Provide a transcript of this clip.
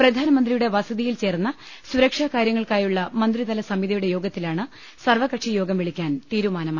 പ്രധാനമന്ത്രിയുടെ വസതിയിൽ ചേർന്ന സുരക്ഷാ കാര്യങ്ങൾക്കായുള്ള മന്ത്രിതല സമിതിയുടെ യോഗത്തിലാണ് സർവകക്ഷി യോഗം വിളിക്കാൻ തീരുമാനമായത്